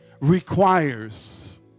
requires